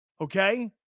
okay